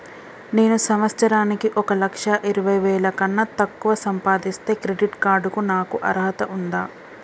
నేను సంవత్సరానికి ఒక లక్ష ఇరవై వేల కన్నా తక్కువ సంపాదిస్తే క్రెడిట్ కార్డ్ కు నాకు అర్హత ఉందా?